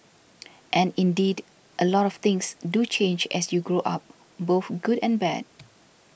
and indeed a lot of things do change as you grow up both good and bad